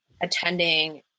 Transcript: attending